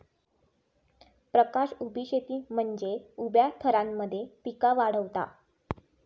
प्रकाश उभी शेती म्हनजे उभ्या थरांमध्ये पिका वाढवता